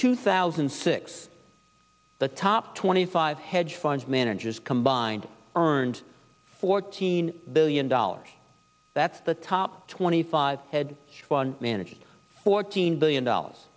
two thousand and six the top twenty five hedge fund managers combined earned fourteen billion dollars that's the top twenty five had managed fourteen billion dollars